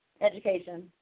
education